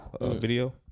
video